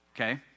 Okay